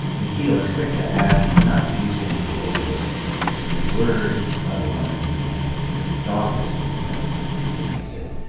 nikhil is quick to add he's not using globalist as a dirty word, let alone as an antisemitic dog whistle, as some people use it.